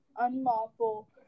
unlawful